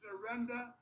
Surrender